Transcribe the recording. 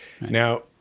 Now